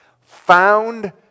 found